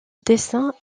dessins